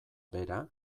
bera